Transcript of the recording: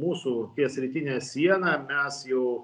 mūsų ties rytine siena mes jau